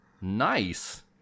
nice